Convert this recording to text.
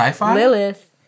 Lilith